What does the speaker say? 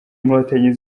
inkotanyi